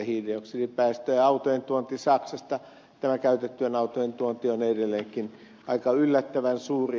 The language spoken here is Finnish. käytettyjen autojen tuonti saksasta on edelleenkin yllättävän suuri